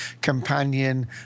companion